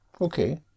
okay